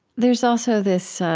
there's also this oh,